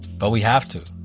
but we have to.